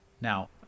Now